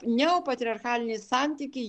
neopatriarchaliniai santykiai